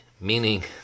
meaning